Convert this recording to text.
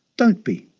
don't be,